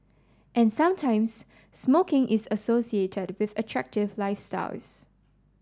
and sometimes smoking is associated with attractive lifestyles